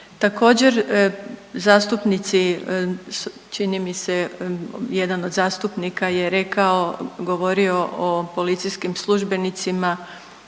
Također zastupnici čini mi se jedan od zastupnika je rekao, govorio o policijskim službenicima